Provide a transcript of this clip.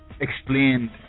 explained